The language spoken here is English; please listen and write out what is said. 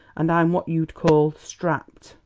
and i'm what you'd call strapped.